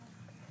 לה.